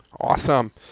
Awesome